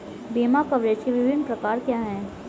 बीमा कवरेज के विभिन्न प्रकार क्या हैं?